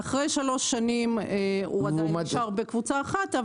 אחרי שלוש שנים הוא נשאר בקבוצה אחת,